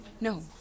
No